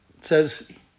says